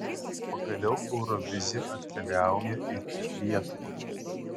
pagaliau eurovizija atkeliauja ir į lietuvą